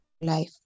life